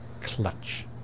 Clutch